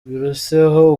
biruseho